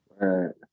Right